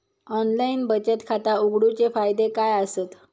Online बचत खाता उघडूचे फायदे काय आसत?